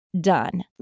done